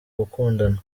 gukundana